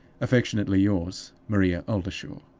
affectionately yours, maria oldershaw.